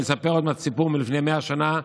אני אספר עוד מעט סיפור מלפני 100 שנה,